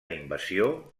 invasió